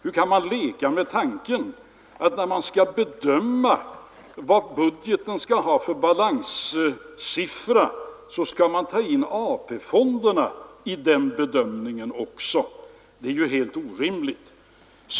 Hur kan man leka med tanken att när man skall bedöma vad budgeten skall ha för balanssiffra så skall man ta in AP-fonderna i den bedömningen också? Det är helt orimligt.